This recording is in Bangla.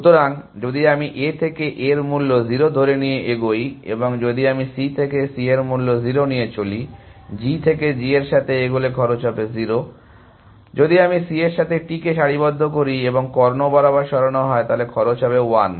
সুতরাং যদি আমি A থেকে A এর মূল্য 0 ধরে নিয়ে এগোই এবং যদি আমি C থেকে C এর মূল্য 0 নিয়ে চলি G থেকে G এর সাথে এগোলে খরচ হবে 0 যদি আমি C এর সাথে T কে সারিবদ্ধ করি এবং কর্ণ বরাবর সরানো হয় তাহলে খরচ হবে হবে 1